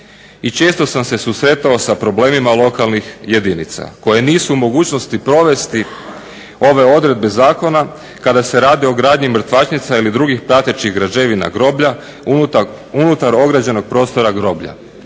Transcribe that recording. često sam se susretao sa problemima lokalnih jedinica koje nisu u mogućnosti provesti ove odredbe zakona kada se radi o gradnji mrtvačnica ili drugih pratećih građevina, groblja unutar ograđenog prostora groblja.